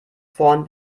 vorn